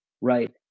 right